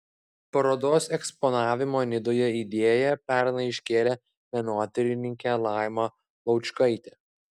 parodos eksponavimo nidoje idėją pernai iškėlė menotyrininkė laima laučkaitė